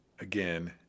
again